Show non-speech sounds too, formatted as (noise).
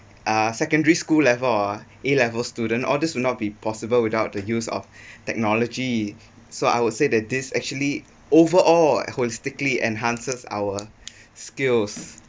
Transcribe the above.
uh secondary school level or A level student all these will not be possible without the use of (breath) technology so I would say that this actually overall holistically enhances our skills